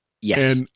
Yes